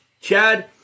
Chad